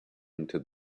into